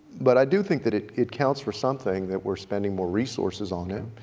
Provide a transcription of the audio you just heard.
but i do think that it it counts for something that we're spending more resources on it.